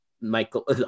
Michael